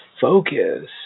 focus